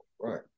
Right